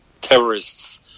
terrorists